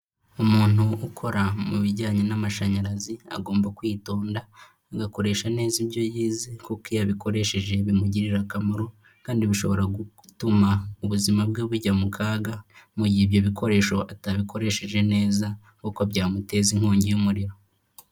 Umuntu ukora mu bijyanye n'amashanyarazi, agomba kwitonda, agakoresha neza ibyo yize kuko iyo abikoresheje bimugirira akamaro kandi bishobora gutuma ubuzima bwe bujya mu kaga mu gihe ibyo bikoresho atabikoresheje neza kuko byamuteza inkongi y'umuriro.